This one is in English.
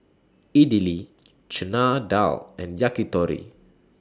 Idili Chana Dal and Yakitori